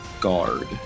guard